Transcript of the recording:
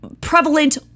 prevalent